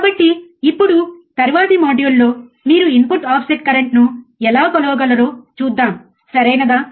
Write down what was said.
కాబట్టి ఇప్పుడు తరువాతి మాడ్యూల్లో మీరు ఇన్పుట్ ఆఫ్సెట్ కరెంట్ను ఎలా కొలవగలరో చూద్దాం సరియైనదా